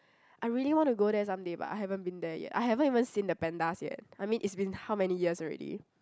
I really want to go there someday but I haven't been there yet I haven't even seen the pandas yet I mean it's been how many years already